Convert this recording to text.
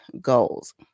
goals